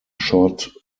short